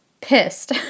pissed